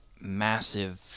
massive